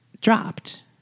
dropped